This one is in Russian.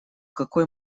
какой